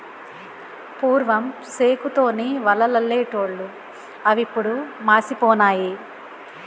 పూర్వం సేకు తోని వలలల్లెటూళ్లు అవిప్పుడు మాసిపోనాయి